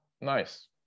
nice